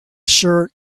shirt